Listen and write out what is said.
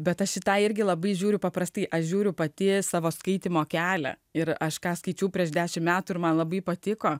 bet aš į tą irgi labai žiūriu paprastai aš žiūriu pati savo skaitymo kelią ir aš ką skaičiau prieš dešimt metų ir man labai patiko